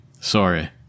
Sorry